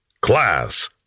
Class